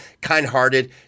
kind-hearted